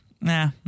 nah